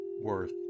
worth